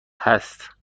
هست